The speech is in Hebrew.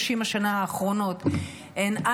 30 השנים האחרונות הן,